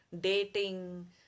dating